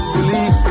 believe